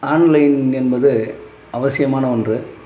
online என்பது அவசியமான ஒன்று